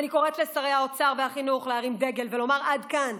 אני קוראת לשרי האוצר והחינוך להרים דגל ולומר: עד כאן.